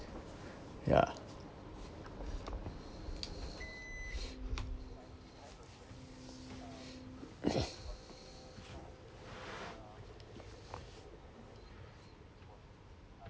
yeah